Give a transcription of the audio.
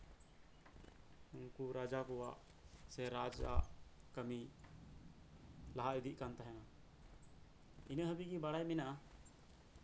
ᱩᱱᱠᱩ ᱨᱟᱡᱟ ᱠᱩᱣᱟᱜ ᱥᱮ ᱨᱟᱡᱟᱜ ᱠᱟᱹᱢᱤ ᱞᱟᱦᱟ ᱤᱫᱤᱜ ᱠᱟᱱ ᱛᱟᱦᱮᱸᱱᱟ ᱤᱱᱟᱹᱜ ᱦᱟᱹᱵᱤᱡ ᱜᱤ ᱵᱟᱲᱟᱭ ᱢᱮᱱᱟᱼᱟ